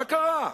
מה קרה?